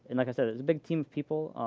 and like i said. it's a big team of people.